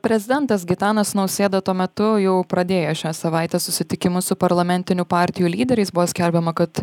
prezidentas gitanas nausėda tuo metu jau pradėjo šią savaitę susitikimus su parlamentinių partijų lyderiais buvo skelbiama kad